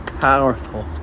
powerful